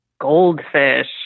Goldfish